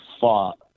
fought